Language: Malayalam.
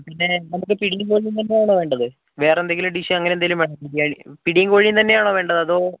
പിന്നേ നമുക്ക് പിടിയും കോഴിയും തന്നെയാണോ വേണ്ടത് വേറെന്തെങ്കിലും ഡിഷ് അങ്ങനെയെന്തെങ്കിലും വേണോ ബിരിയാണി പിടിയും കോഴിയും തന്നെയാണോ വേണ്ടത് അതോ